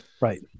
right